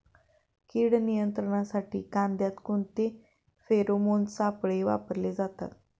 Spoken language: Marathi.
कीड नियंत्रणासाठी कांद्यात कोणते फेरोमोन सापळे वापरले जातात?